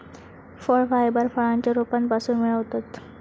फळ फायबर फळांच्या रोपांपासून मिळवतत